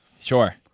Sure